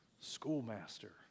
schoolmaster